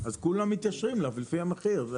אז כולם מתיישרים לפי המחיר.